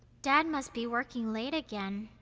dad must be working late again.